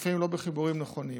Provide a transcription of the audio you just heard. לפעמים בחיבורים לא נכונים.